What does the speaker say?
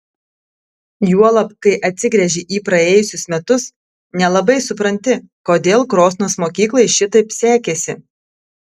juolab kai atsigręži į praėjusius metus nelabai supranti kodėl krosnos mokyklai šitaip sekėsi